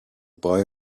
boy